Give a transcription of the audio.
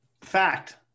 Fact